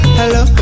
hello